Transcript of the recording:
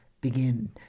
begin